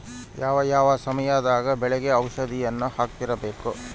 ಯಾವ ಯಾವ ಸಮಯದಾಗ ಬೆಳೆಗೆ ಔಷಧಿಯನ್ನು ಹಾಕ್ತಿರಬೇಕು?